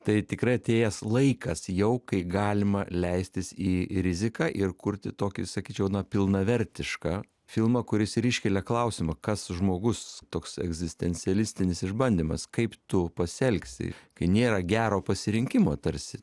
tai tikrai atėjęs laikas jau kai galima leistis į riziką ir kurti tokį sakyčiau na pilnavertišką filmą kuris ir iškelia klausimą kas žmogus toks egzistencialistinis išbandymas kaip tu pasielgsi kai nėra gero pasirinkimo tarsi